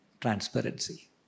transparency